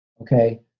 Okay